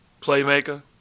playmaker